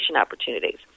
opportunities